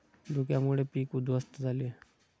धुक्यामुळे पीक उध्वस्त झाले